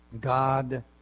God